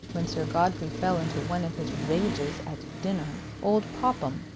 when sir godfrey fell into one of his rages at dinner, old popham,